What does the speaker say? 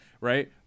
Right